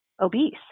obese